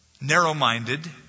narrow-minded